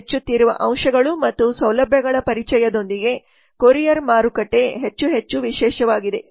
ಹೆಚ್ಚುತ್ತಿರುವ ಅಂಶಗಳು ಮತ್ತು ಸೌಲಭ್ಯಗಳ ಪರಿಚಯದೊಂದಿಗೆ ಕೊರಿಯರ್ ಮಾರುಕಟ್ಟೆ ಹೆಚ್ಚು ಹೆಚ್ಚು ವಿಶೇಷವಾಗಿದೆ